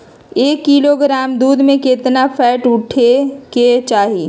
एक किलोग्राम दूध में केतना फैट उठे के चाही?